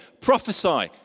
prophesy